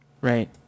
Right